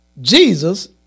Jesus